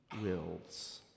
wills